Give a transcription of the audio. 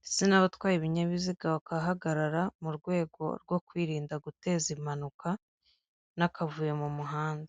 ndetse n'abatwaye ibinyabiziga bagahagarara mu rwego rwo kwirinda guteza impanuka n'akavuyo mu muhanda.